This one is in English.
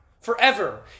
forever